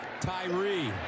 Tyree